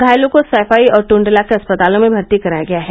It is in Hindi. घायलों को सैफई और ट्रंडला के अस्पतालों में भर्ती कराया गया है